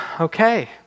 okay